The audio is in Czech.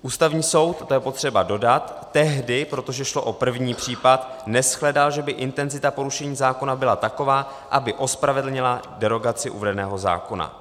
Ústavní soud, a to je potřeba dodat, tehdy, protože šlo o první případ, neshledal, že by intenzita porušení zákona byla taková, aby ospravedlnila derogaci uvedeného zákona.